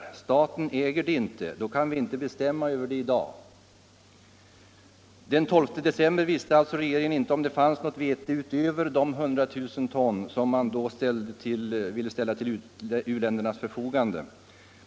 Staten äger det inte —- då kan vi inte bestämma över det i dag.” Den 12 december visste alltså regeringen inte om det fanns något vete utöver de 100 000 ton som då ställdes till u-ländernas förfogande.